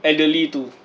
elderly too